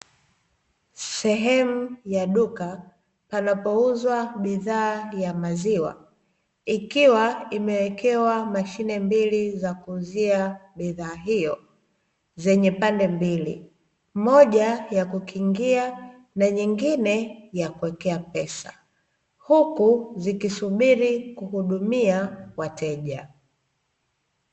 Sehemu ya duka panapouzwa bidhaa ya maziwa ikiwa imewekewa mashine mbili za kuuzia bidhaa hiyo zenye pande mbili moja ya kukingia na nyingine ya kuwekea pesa huku zikiwa zinasubiri wateja.